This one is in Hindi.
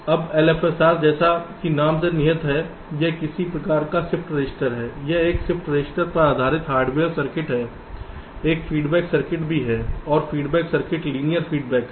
अब LFSR जैसा कि नाम में निहित है यह किसी प्रकार का शिफ्ट रजिस्टर है यह एक शिफ्ट रजिस्टर पर आधारित हार्डवेयर सर्किट है एक फीडबैक सर्किट भी है और फीडबैक सर्किट लीनियर फीडबैक है